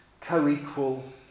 co-equal